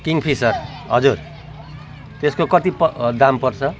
king fissure हजुर त्यसको कति प दाम पर्छ